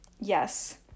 yes